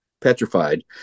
petrified